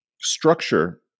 structure